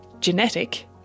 genetic